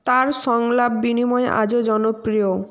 তাঁর সংলাপ বিনিময় আজও জনপ্রিয়